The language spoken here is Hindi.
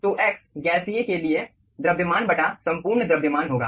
तो x गैसीय के लिए द्रव्यमान बटा संपूर्ण द्रव्यमान होगा